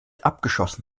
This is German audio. abgeschossen